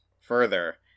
further